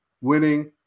winning